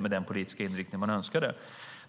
med den politiska inriktning de önskade.